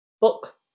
Book